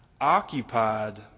occupied